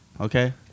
Okay